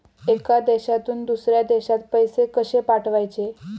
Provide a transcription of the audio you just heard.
एका देशातून दुसऱ्या देशात पैसे कशे पाठवचे?